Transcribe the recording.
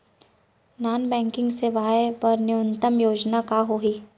Non banking सेवाएं बर न्यूनतम योग्यता का हावे?